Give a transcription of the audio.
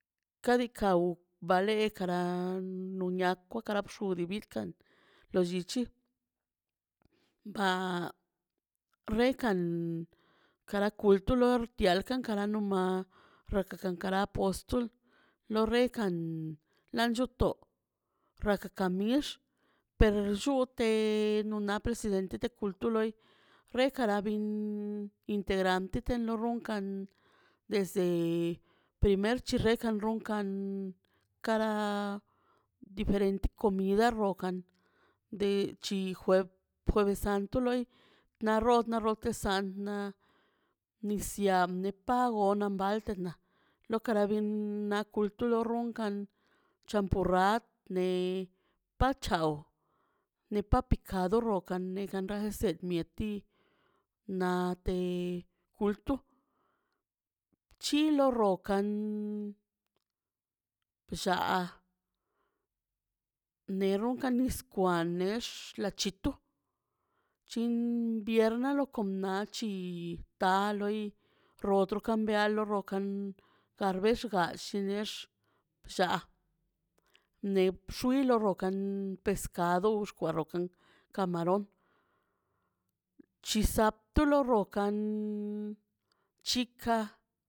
Kadika ubale kara niniakwara xudibika lo llichi ba rekan kara kulton lortiakan kara a no ma rakaka karopon stol lo rekan lan chuto raka ka mix per llute nuna presidente nuna kulto loi rekara bin integrante te lo ron unkan desde primer chirekan runkan kara diferente comida rokan de chi jueves santo loi na rot lete sant na nis yaa nep pagona baltena lokaran ben na kulto lo ron kan champurrad ne ppachaw nepa pikado do low kan regesed mieti na te kultu chilo rokan bllaa ne runkan nis kwan nex lachitu chin viernə lo kon nalchi ta loi rotro kambialo rokan kabexga llinex shaa ne bxio lo rokan pesacado uxka rokan camarón chisaptolo rokan chika